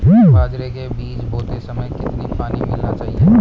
बाजरे के बीज बोते समय कितना पानी मिलाना चाहिए?